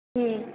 हं